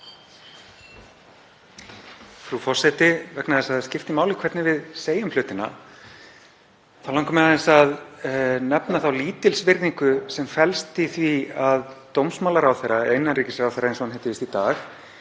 Frú forseti. Vegna þess að það skiptir máli hvernig við segjum hlutina þá langar mig aðeins að nefna þá lítilsvirðingu sem felst í því að dómsmálaráðherra, eða innanríkisráðherra eins og hann heitir víst í dag,